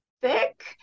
thick